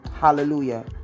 Hallelujah